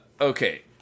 Okay